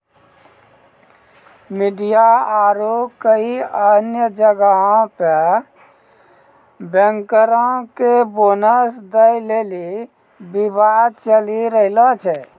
media आरु कई अन्य जगहो पे बैंकरो के बोनस दै लेली विवाद चलि रहलो छै